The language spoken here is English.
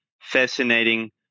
fascinating